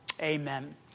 amen